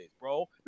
bro